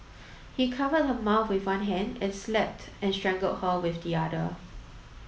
he covered her mouth with one hand and slapped and strangled her with the other